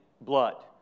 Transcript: blood